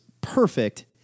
perfect